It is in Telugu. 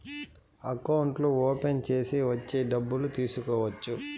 అకౌంట్లు ఓపెన్ చేసి వచ్చి డబ్బులు తీసుకోవచ్చు